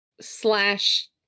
slash